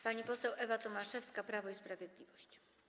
Pani poseł Ewa Tomaszewska, Prawo i Sprawiedliwość.